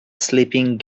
sleeping